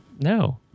No